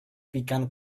began